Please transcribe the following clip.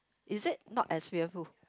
is it not as fearful